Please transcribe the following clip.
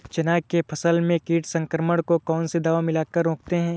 चना के फसल में कीट संक्रमण को कौन सी दवा मिला कर रोकते हैं?